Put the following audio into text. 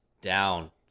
down